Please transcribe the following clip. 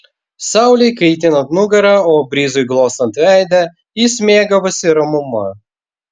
saulei kaitinant nugarą o brizui glostant veidą jis mėgavosi ramuma